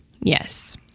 yes